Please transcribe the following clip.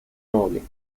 noble